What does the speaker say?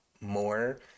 more